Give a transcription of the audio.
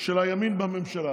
של הימין בממשלה.